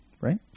right